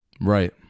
Right